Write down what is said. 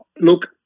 look